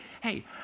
hey